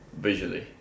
visually